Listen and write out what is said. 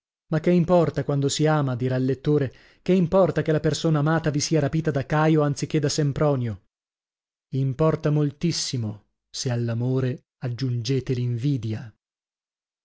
ma che importa quando si ama dirà il lettore che importa che la persona amata vi sia rapita da caio anzi che da sempronio importa moltissimo se all'amore aggiungete l'invidia